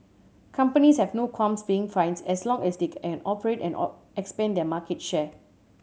companies have no qualms paying fines as long as they can operate and expand their market share